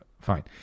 Fine